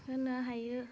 होनो हायो